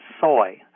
soy